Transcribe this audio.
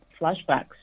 flashbacks